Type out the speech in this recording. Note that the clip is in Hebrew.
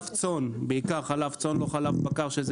בעיקר חלב צאן וחלב בקר.